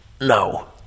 No